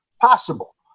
possible